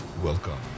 Welcome